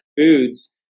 foods